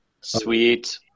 Sweet